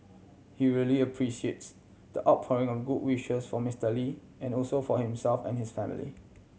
he really appreciates the outpouring of good wishes for Mister Lee and also for himself and his family